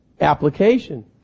application